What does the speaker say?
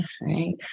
right